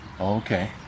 Okay